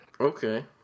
Okay